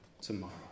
tomorrow